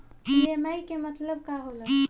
EMI के मतलब का होला?